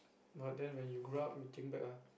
but then when you grow up you think back ah